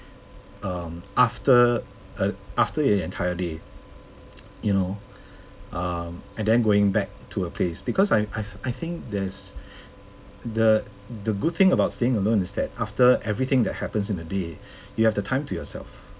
um after a after an entire day you know um and then going back to a place because I I've I think there's the the good thing about staying alone is that after everything that happens in the day you have the time to yourself